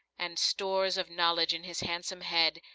and stores of knowledge in his handsome head,